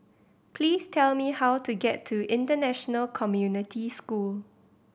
please tell me how to get to International Community School